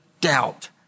doubt